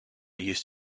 used